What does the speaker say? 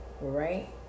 Right